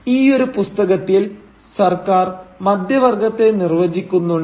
ഈ ഒരു പുസ്തകത്തിൽ സർക്കാർ മധ്യവർഗത്തെ നിർവചിക്കുന്നുണ്ട്